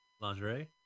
Lingerie